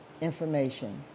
information